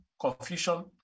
confusion